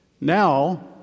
now